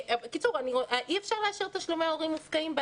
אי אפשר לאשר תשלומי הורים מופקעים,